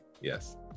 Yes